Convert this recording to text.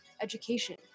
education